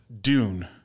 Dune